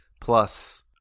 plus